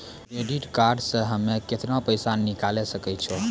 Credit card से हम्मे केतना पैसा निकाले सकै छौ?